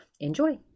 enjoy